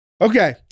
Okay